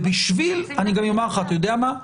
אתה יודע מה?